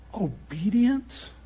obedient